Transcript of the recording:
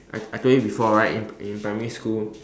I I told you before right in in primary school